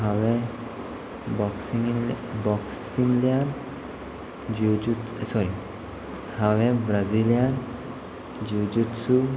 हांवें बॉक्सिंगी बॉक्सिंगेंतल्यान जुजू सॉरी हांवें ब्राजील्यान जुजुत्सू